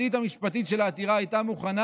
התשתית המשפטית של העתירה הייתה מוכנה".